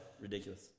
ridiculous